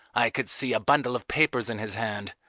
i could see a bundle of papers in his hand,